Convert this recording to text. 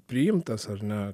priimtas ar ne